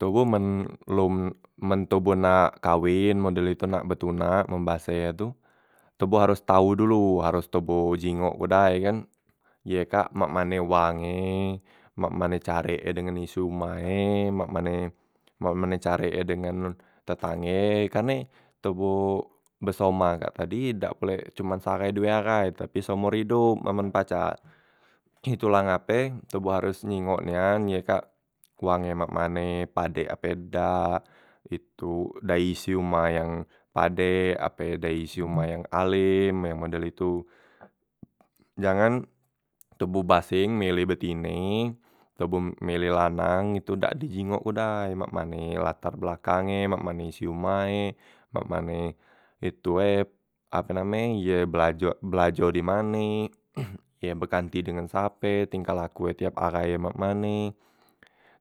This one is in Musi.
Toboh men lom men toboh men nak kawen model itu nak betunak men base e tu, toboh haros tau dulu haros toboh jingok ke dai kan, ye kak mak mane wang e, mak mane carek e dengan isi umah e, mak mane mak mane carek e dengan tetangge, karne toboh besoma kak tadi dak pulek cuman se ahai due ahai tapi seomor idop amen pacak, itu la ngape toboh haros nyingok nian ye kak wang e mak mane, padek ape dak, itu dayi isi umah e yang padek ape dayi isi umah yang alem yang model itu, jangan toboh baseng meleh betine toboh meleh lanang itu dak di jingok ke dai mak mane latar belakang e, mak mane isi umah e, mak mane itu e ape name e ye belajo belajo dimane, ye beganti dengen sape, tiap laku e tiap ahai mak mane,